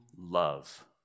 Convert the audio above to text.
love